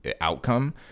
outcome